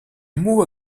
mot